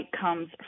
comes